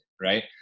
right